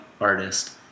Artist